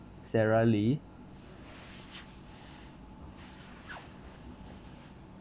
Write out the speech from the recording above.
sarah lee